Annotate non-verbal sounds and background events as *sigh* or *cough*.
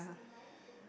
*breath*